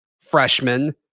freshman